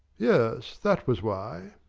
yes, that was why.